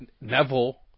Neville